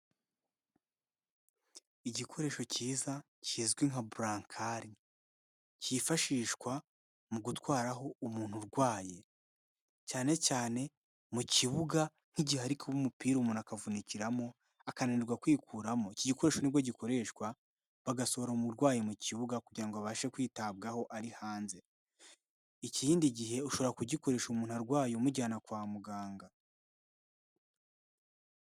Igikoresho cyiza kizwi nka burankari, cyifashishwa mu gutwaraho umuntu urwaye, cyane cyane mu kibuga nk'igihe hari kuba umupira umuntu akavunikiramo, akananirwa kwikuramo, iki gikoresho nibwo gikoreshwa, bagasohora umurwayi mu kibuga kugira ngo abashe kwitabwaho ari hanze. Ikindi gihe ushobora kugikoresha umuntu arwaye umujyana kwa muganga.